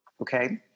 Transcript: okay